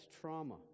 trauma